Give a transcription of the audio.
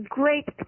great